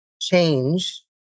change